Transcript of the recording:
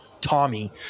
tommy